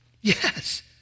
yes